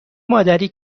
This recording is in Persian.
مادری